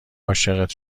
عاشقت